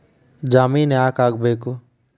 ಜಾಮಿನ್ ಯಾಕ್ ಆಗ್ಬೇಕು?